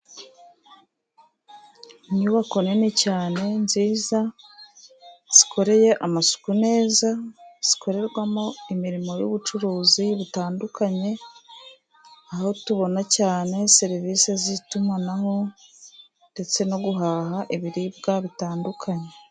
Inyubako nini cyane nziza zikoreye amasuku neza, zikorerwamo imirimo y'ubucuruzi butandukanye, aho tubona cyane serivisi z'itumanaho ndetse no guhaha ibiribwa bitandukanye.